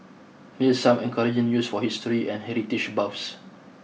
here's some encouraging news for history and heritage buffs